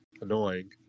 annoying